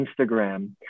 Instagram